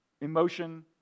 emotion